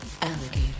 alligator